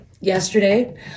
yesterday